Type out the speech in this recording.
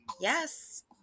Yes